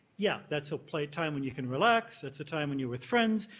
yeah, that's a playtime when you can relax, that's the time when you're with friends.